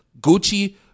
Gucci